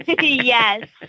yes